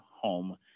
home